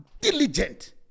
diligent